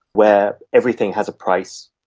where everything has a price,